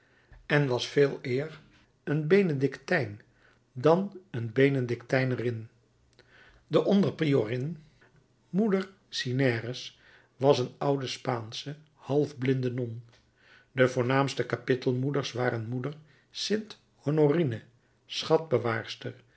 en was veeleer een benedictijn dan een benedictijnerin de onder priorin moeder cineres was een oude spaansche half blinde non de voornaamste kapittelmoeders waren moeder st honorine